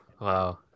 wow